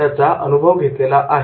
त्याचा अनुभव घेतलेला आहे